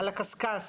על הקשקש.